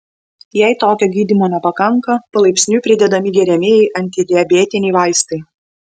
jei tokio gydymo nepakanka palaipsniui pridedami geriamieji antidiabetiniai vaistai